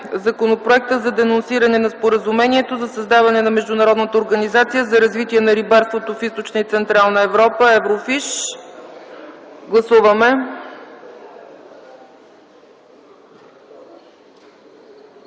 Законопроекта за денонсиране на Споразумението за създаване на Международната организация за развитие на рибарството в Източна и Централна Европа (Еврофиш). Гласували